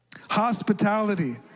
Hospitality